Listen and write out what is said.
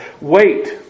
wait